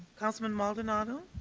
councilman maldonado.